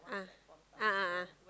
ah a'ah ah